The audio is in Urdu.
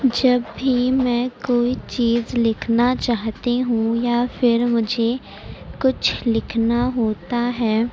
جب بھی میں کوئی چیز لکھنا چاہتی ہوں یا پھر مجھے کچھ لکھنا ہوتا ہے